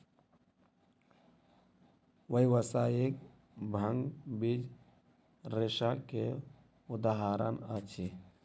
व्यावसायिक भांग बीज रेशा के उदाहरण अछि